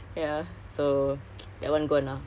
just just toxic ah